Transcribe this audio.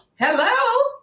hello